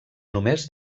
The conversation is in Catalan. només